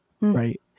Right